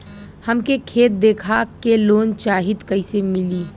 हमके खेत देखा के लोन चाहीत कईसे मिली?